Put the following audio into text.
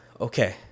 okay